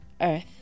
Earth